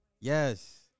Yes